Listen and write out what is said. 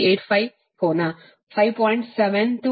85 ಕೋನ 5